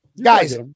Guys